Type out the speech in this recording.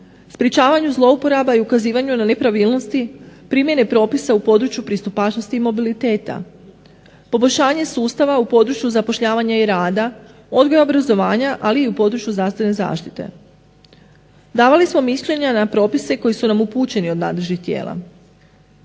Sprječavanju zlouporaba i ukazivanju na nepravilnosti primjene propisa u području pristupačnosti i mobiliteta. Poboljšanje sustava u području zapošljavanja i rada, odgoja i obrazovanja, ali i u području zdravstvene zaštite. Davali smo mišljenja na propise koji su nam upućeni od nadležnih tijela.